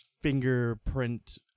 fingerprint